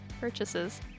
purchases